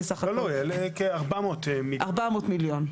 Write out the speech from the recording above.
כ-400 מיליון.